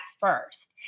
first